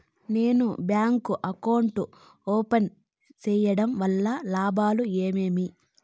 నేను bank account open సేయడం వల్ల లాభాలు ఏమేమి?